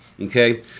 okay